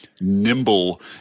nimble